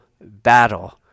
battle